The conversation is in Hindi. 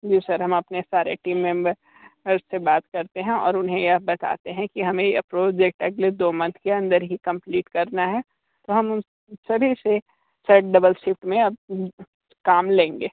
जी सर हम अपने सारे टीम मेंबर से बात करते हैं और उन्हें यह बताते हैं कि हमें यह प्रोजेक्ट अगले दो मंथ के अंदर ही कंप्लीट करना है तो हम सभी से अब सर डबल शिफ्ट में काम लेंगे